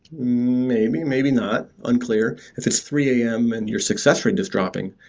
maybe, maybe not, unclear. if it's three am and your success rate is dropping.